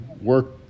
work